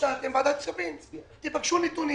תבקשו נתונים,